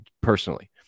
personally